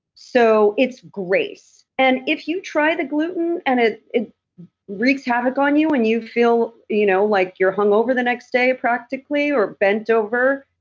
so it's grace. and if you try the and and it it wreaks havoc on you and you feel you know like you're hungover the next day practically, or bent over,